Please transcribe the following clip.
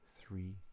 three